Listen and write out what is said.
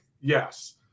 yes